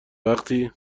وقتی